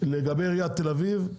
לגבי עיריית תל אביב,